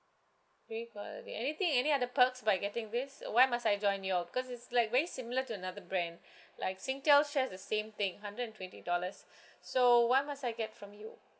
free call did anything any other perks by getting this uh why must I join yours because it's like very similar to another brand like singtel shares the same thing hundred and twenty dollars so why must I get from you